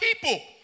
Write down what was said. people